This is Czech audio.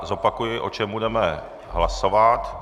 Zopakuji, o čem budeme hlasovat.